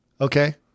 Okay